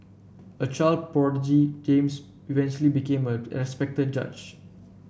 a child prodigy James eventually became a respected judge